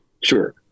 Sure